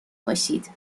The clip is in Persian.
باشید